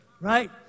Right